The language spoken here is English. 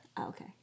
Okay